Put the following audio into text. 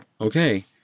okay